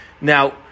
Now